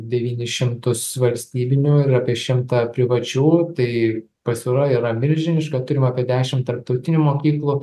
devynis šimtus valstybinių ir apie šimtą privačių tai pasiūla yra milžiniška turim apie dešimt tarptautinių mokyklų